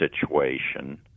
situation